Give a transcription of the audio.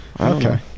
Okay